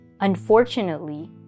Unfortunately